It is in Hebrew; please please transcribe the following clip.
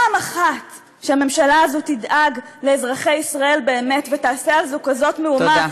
פעם אחת שהממשלה הזאת תדאג לאזרחי ישראל באמת ותעשה על זה כזאת מהומה,